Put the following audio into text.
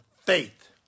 faith